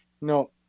no